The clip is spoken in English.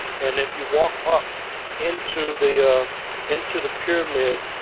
and if you walk up into the into the pyramid,